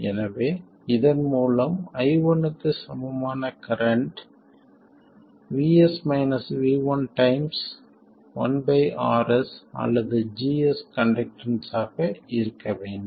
எனவே இதன் மூலம் i1 க்கு சமமான கரண்ட் டைம்ஸ் 1 RS அல்லது GS கண்டக்டன்ஸ் ஆக இருக்க வேண்டும்